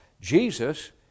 Jesus